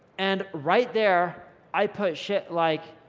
and right there i put shit like